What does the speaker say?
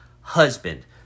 husband